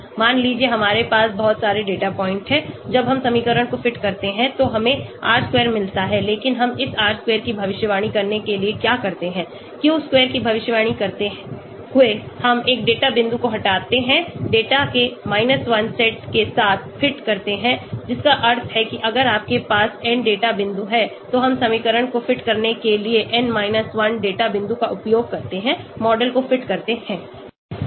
मान लीजिए हमारे पास बहुत सारे डेटा पॉइंट हैं जब हम समीकरण को फिट करते हैं तो हमें R square मिलता है लेकिन हम इस R square की भविष्यवाणी करने के लिए क्या करते हैं Q square की भविष्यवाणी करते हुए हम एक डेटा बिंदु को हटाते हैं डेटा के 1 सेट के साथ फिट होते हैं जिसका अर्थ है कि अगरआपके पास n डेटा बिंदु हैंतो हम समीकरण को फिट करने के लिए n 1 डेटा बिंदु का उपयोग करते हैं मॉडल को फिट करते हैं